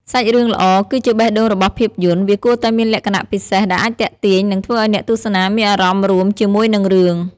សាច់រឿងល្អ គឺជាបេះដូងរបស់ភាពយន្ត វាគួរតែមានលក្ខណៈពិសេសដែលអាចទាក់ទាញ និងធ្វើឲ្យអ្នកទស្សនាមានអារម្មណ៍រួមជាមួយនឹងរឿង។